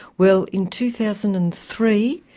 well, in two thousand and three,